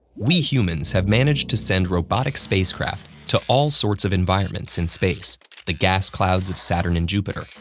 we humans have managed to send robotic spacecraft to all sorts of environments in space the gas clouds of saturn and jupiter,